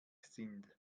sind